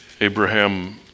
Abraham